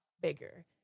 bigger